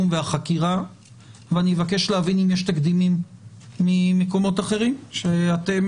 והחקירה ואני אבקש להבין אם יש תקדימים ממקומות אחרים כשאתם